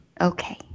Okay